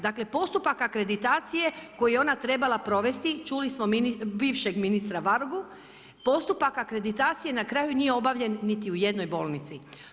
Dakle, postupak akreditacije koji je ona trebala provesti, čuli smo bivšeg ministra Vargu, postupak akreditacije na kraju nije obavljen niti u jednoj bolnici.